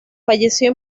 falleció